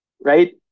right